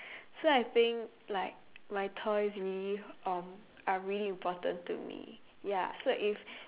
so I think like my toys really um are really important to me ya so if